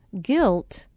Guilt